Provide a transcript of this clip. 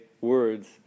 words